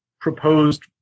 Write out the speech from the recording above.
proposed